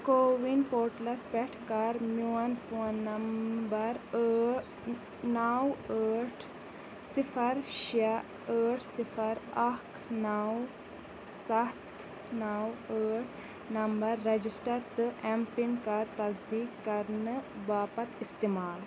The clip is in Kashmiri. کووِن پورٹلس پٮ۪ٹھ کر میون فون نمبر ٲ نَو ٲٹھ صِفر شےٚ ٲٹھ صِفر اَکھ نَو سَتھ نَو ٲٹھ نمبَر رجسٹر تہٕ ایم پِن کر تصدیٖق کرنہٕ باپتھ استعمال